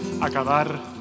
acabar